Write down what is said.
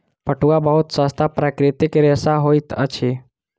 पटुआ बहुत सस्ता प्राकृतिक रेशा होइत अछि